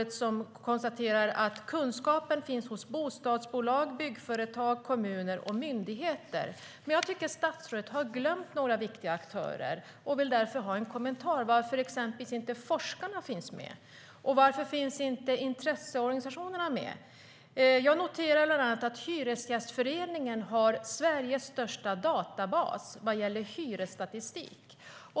Statsrådet konstaterar att kunskapen finns hos bostadsbolag, byggföretag, kommuner och myndigheter. Men jag tycker att statsrådet har glömt några viktiga aktörer, och jag vill därför ha en kommentar om det. Varför finns exempelvis inte forskarna med? Och varför finns inte intresseorganisationerna med? Jag noterar bland annat att Hyresgästföreningen har Sveriges största databas vad gäller hyresstatistik.